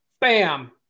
bam